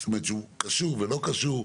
זאת אומרת שהוא קשור ולא קשור.